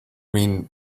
mean